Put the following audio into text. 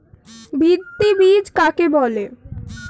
ভিত্তি বীজ কাকে বলে?